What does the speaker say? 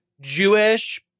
Jewish